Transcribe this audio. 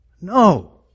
No